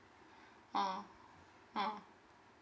uh uh